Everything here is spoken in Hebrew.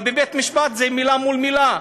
אבל בבית-משפט זה מילה מול מילה.